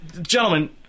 Gentlemen